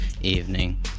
evening